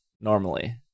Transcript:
normally